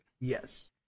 Yes